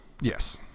Yes